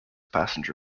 passenger